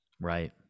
Right